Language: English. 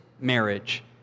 marriage